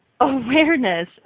awareness